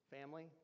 Family